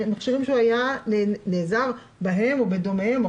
הם מכשירים שהוא היה נעזר בהם או בדומיהם או